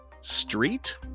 Street